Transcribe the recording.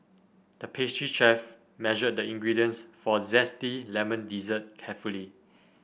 the pastry chef measured the ingredients for a zesty lemon dessert carefully